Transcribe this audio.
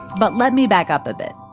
but let me back up a bit.